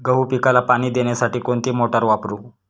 गहू पिकाला पाणी देण्यासाठी कोणती मोटार वापरू?